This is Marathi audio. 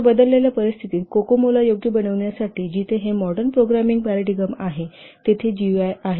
या बदललेल्या परिस्थितीत कोकोमो ला योग्य बनविण्यासाठी जिथे हे मॉडर्न प्रोग्रामिंग पाराडिगम आहे तेथे जीयूआय आहे